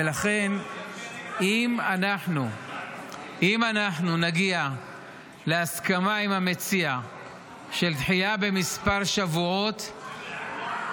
ולכן אם אנחנו לא נגיע להסכמה עם המציע של דחייה בכמה שבועות --- למה?